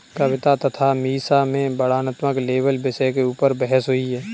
कविता तथा मीसा में वर्णनात्मक लेबल विषय के ऊपर बहस हुई